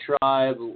tribe